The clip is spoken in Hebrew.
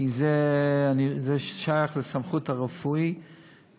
כי זה שייך לסמכות הרפואית,